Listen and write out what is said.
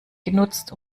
genutzt